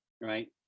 right